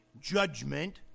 judgment